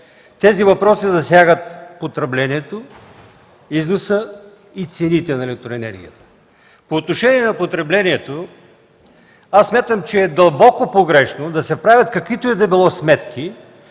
Тези въпроси засягат потреблението, износа и цените на електроенергията. По отношение на потреблението смятам, че е дълбоко погрешно да се правят каквито и да било сметки